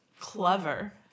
clever